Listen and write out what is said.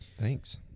Thanks